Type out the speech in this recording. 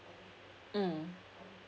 mm